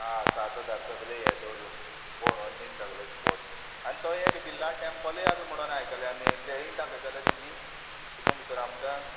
आं सात हजार सगले हे धरून भोंवडावन बीन सगले स्पोट्स आनी तो एक बिर्ल्ला टेंपलूय आसा म्हणोन आयकले आमी तेय दाखयतले तुमी कितू भितर आमकां